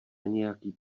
nějaký